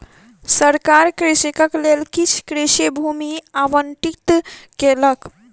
सरकार कृषकक लेल किछ कृषि भूमि आवंटित केलक